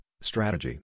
strategy